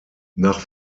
nach